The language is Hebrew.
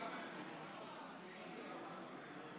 הודעה לסגנית מזכירת הכנסת,